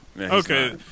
Okay